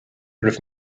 raibh